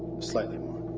slightly more.